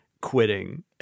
quitting